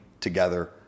together